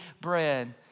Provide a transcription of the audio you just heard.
bread